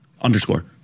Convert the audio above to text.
Underscore